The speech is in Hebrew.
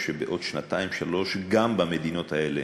שבעוד שנתיים-שלוש גם במדינות האלה,